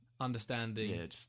Understanding